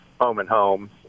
home-and-home